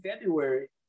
February